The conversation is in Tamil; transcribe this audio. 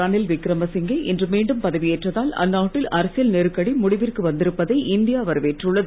ரணில் விக்ரமசிங்கே இன்று மீண்டும் பதவியேற்றதால் அந்நாட்டில் அரசியல் நெருக்கடி முடிவிற்கு வந்திருப்பதை இந்தியா வரவேற்றுள்ளது